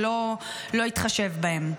שלא התחשב בהם.